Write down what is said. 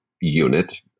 unit